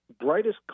brightest